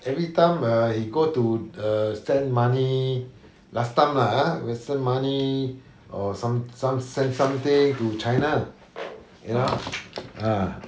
every time err he go to err send money last time lah ah send money or some some send something to china you know ah